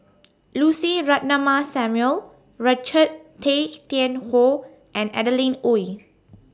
Lucy Ratnammah Samuel Richard Tay Tian Hoe and Adeline Ooi